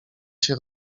się